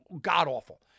god-awful